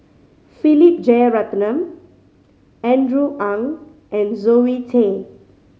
Philip Jeyaretnam Andrew Ang and Zoe Tay